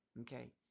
Okay